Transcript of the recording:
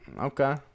okay